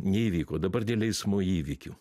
neįvyko dabar dėl eismo įvykių